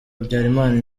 habyarimana